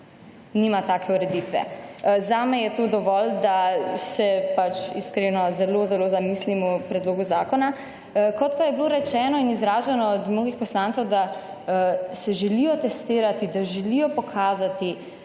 nima take ureditve. Zame je to dovolj, da se iskreno zelo, zelo zamislimo o predlogu zakona. Kot pa je bilo rečeno in izraženo od mnogih poslancev, da se želijo testirati, da želijo pokazati,